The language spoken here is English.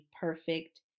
perfect